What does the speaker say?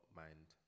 mind